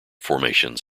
formations